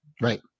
Right